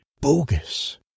bogus